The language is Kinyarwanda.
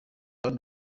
kandi